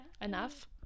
enough